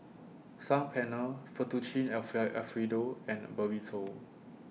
Saag Paneer Fettuccine Alfredo and Burrito